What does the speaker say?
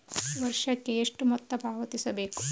ವರ್ಷಕ್ಕೆ ಎಷ್ಟು ಮೊತ್ತ ಪಾವತಿಸಬೇಕು?